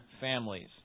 families